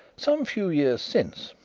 some few years since,